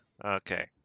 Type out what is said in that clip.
okay